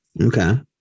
Okay